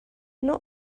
not